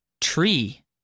Tree